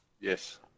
Yes